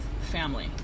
family